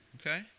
Okay